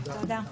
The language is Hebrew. תודה.